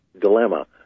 dilemma